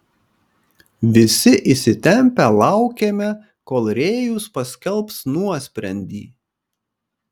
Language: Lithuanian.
visi įsitempę laukėme kol rėjus paskelbs nuosprendį